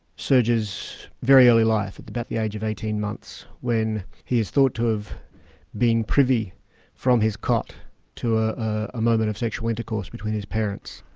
serge's very early, at about the age of eighteen months, when he is thought to have been privy from his cot to a ah moment of sexual intercourse between his parents.